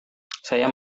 saya